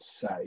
say